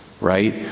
right